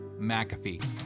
McAfee